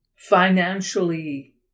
financially